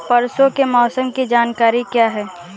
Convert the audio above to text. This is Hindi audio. परसों के मौसम की जानकारी क्या है?